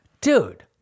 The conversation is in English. Dude